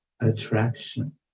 attraction